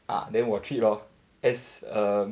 ah then 我 treat lor as a